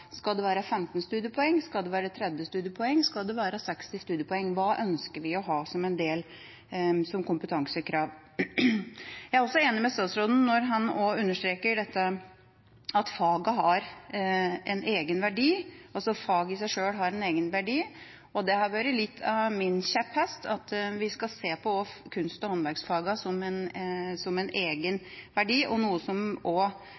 skal være kompetansekravet for å undervise i de fagene. Skal det være 15 studiepoeng? Skal det være 30 studiepoeng? Skal det være 60 studiepoeng? Hva ønsker vi å ha som kompetansekrav? Jeg er også enig med statsråden når han understreker at faget i seg sjøl har en egen verdi. Det har vært min kjepphest at vi skal se på kunst- og håndverksfagene som en egen verdi og noe som